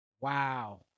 Wow